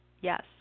Yes